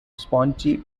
spongy